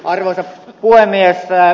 arvoisa puhemies